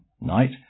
night